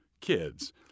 kids